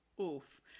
Oof